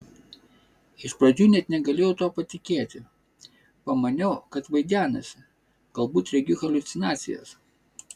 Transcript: iš pradžių net negalėjau tuo patikėti pamaniau kad vaidenasi galbūt regiu haliucinacijas